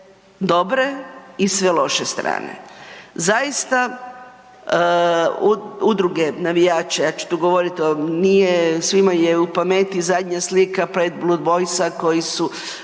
dobre i sve loše strane. Zaista udruge navijača ja ću tu govoriti o, nije, svima je u pameti zadnja slika Bed Blue Boysa koji su